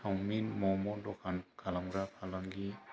chowmein मम' दखान खालामग्रा फालांगि